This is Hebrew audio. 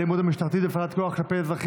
חירום טלפוניים